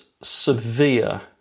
severe